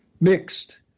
Mixed